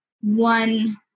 one